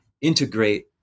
integrate